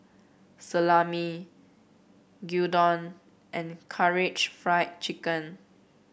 Salami Gyudon and Karaage Fried Chicken